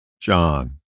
John